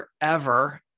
forever